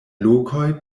lokoj